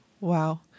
Wow